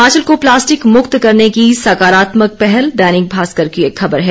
हिमाचल को प्लास्टिक मुक्त करने की सकारात्मक पहल दैनिक भास्कर की एक खबर है